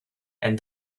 and